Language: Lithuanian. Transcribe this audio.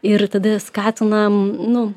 ir tada skatinam nu